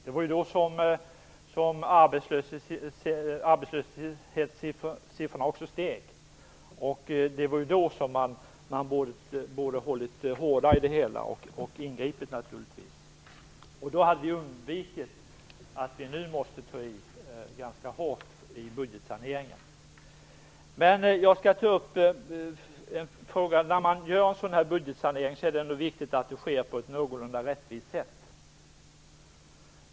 Det var då som arbetslöshetssiffrorna steg. Då borde man naturligtvis ha hållit hårdare i budgeten och ingripit. Då hade vi kunnat undvika att ta i så hårt som vi nu måste göra i budgetsaneringen. När man gör en budgetsanering är det ändå viktigt att den sker på ett någorlunda rättvist sätt.